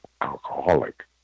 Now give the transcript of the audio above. alcoholic